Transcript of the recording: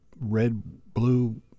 red-blue